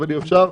אבל אי-אפשר.